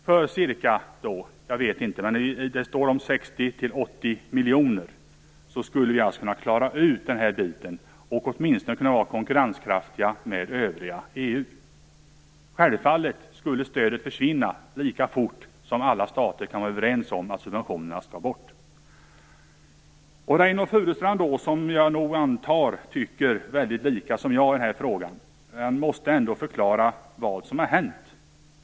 För ca 60-80 miljoner skulle man kunna klara ut den här biten, och åtminstone bli konkurrenskraftiga med övriga EU. Självfallet skulle stödet försvinna så fort som alla stater kan komma överens om att subventionerna skall bort. Reynoldh Furustrand, som jag antar tycker likadant som jag i den här frågan, måste ändå förklara vad som har hänt.